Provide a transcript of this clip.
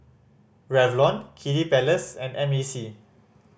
Revlon Kiddy Palace and M A C